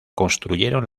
construyeron